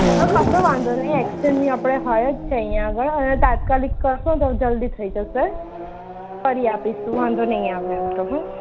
હ કશો વાંધો નહીં એકચેન્જની આપણે હોય જ છે અહીંયા આગળ અને તાત્કાલિક કરશોને તો જલ્દી થઈ જશે ફરી આપીશું વાંધો નહીં આવે એમ તો હ